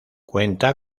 cuenta